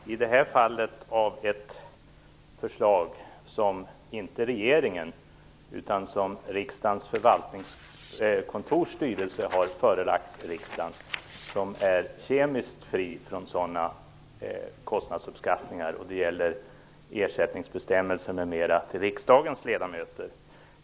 Herr talman! Frågan föranleds av ett förslag som inte regeringen utan riksdagens förvaltningskontors styrelse har förelagt riksdagen, som är kemiskt fritt från sådana kostnadsuppskattningar. Det gäller ersättningsbestämmelser m.m. för riksdagens ledamöter.